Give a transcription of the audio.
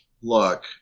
Look